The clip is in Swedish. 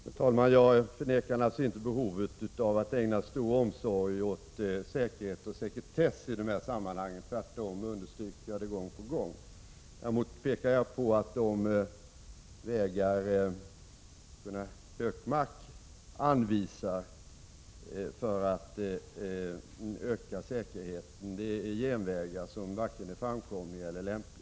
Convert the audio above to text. Fru talman! Jag förnekar naturligtvis inte behovet av att ägna stor omsorg åt säkerhet och sekretess i dessa sammanhang — tvärtom understryker jag det gång på gång. Däremot pekar jag på att de vägar som Gunnar Hökmark anvisar för att öka säkerheten är genvägar som varken är framkomliga eller lämpliga.